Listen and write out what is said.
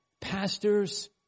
pastors